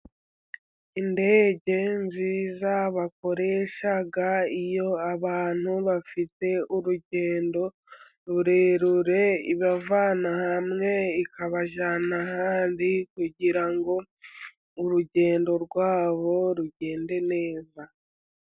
Indege nziza bakoresha iyo abantu bafite urugendo rurerure, ibavana hamwe, ikabajyana ahandi kugirango urugendo rwabo rugende neza.